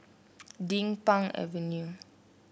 Din Pang Avenue